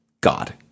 God